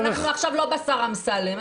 אנחנו לא בשר אמסלם,